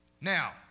Now